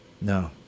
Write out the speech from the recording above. no